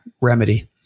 remedy